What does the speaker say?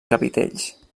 capitells